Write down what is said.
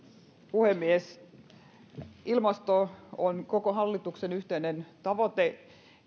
puhemies ilmastonmuutokseen vaikuttaminen on koko hallituksen yhteinen tavoite